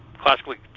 classically